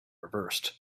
reversed